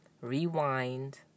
rewind